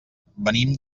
venim